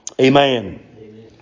Amen